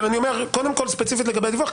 אבל קודם כל ספציפית לגבי הדיווח,